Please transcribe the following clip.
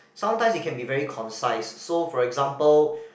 sometimes it can be very concise so for example